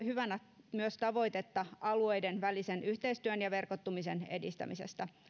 hyvänä myös tavoitetta alueiden välisen yhteistyön ja verkottumisen edistämisestä